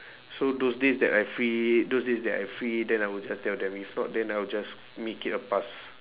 so those days that I free those days that I free then I will just tell them if not then I will just make it a pass